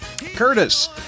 Curtis